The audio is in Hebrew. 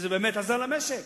זה באמת עזר למשק,